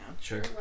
Sure